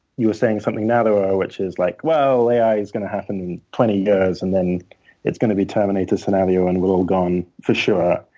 you were saying something narrower, which is like, well, ai is going to happen in twenty years, and then it's going to be terminator scenario, and we're all gone for sure.